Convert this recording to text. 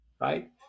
Right